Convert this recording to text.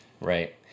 Right